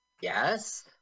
Yes